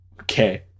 Okay